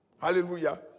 Hallelujah